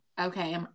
Okay